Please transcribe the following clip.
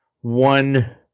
one